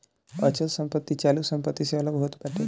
अचल संपत्ति चालू संपत्ति से अलग होत बाटे